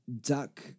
duck